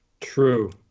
True